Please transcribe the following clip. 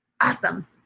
Awesome